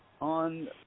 on